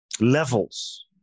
levels